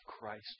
Christ